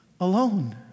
alone